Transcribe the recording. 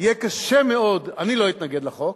יהיה קשה מאוד, אני לא אתנגד לחוק,